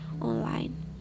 online